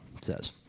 says